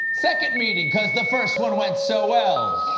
second meeting, because the first one went so well?